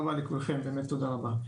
תודה רבה לכולכם, באמת תודה רבה.